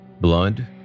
Blood